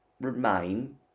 remain